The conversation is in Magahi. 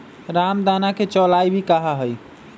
रामदाना के चौलाई भी कहा हई